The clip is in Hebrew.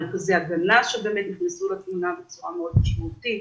מרכזי הגנה שנכנסו לתמונה בצורה מאוד משמעותית,